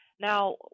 Now